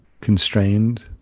constrained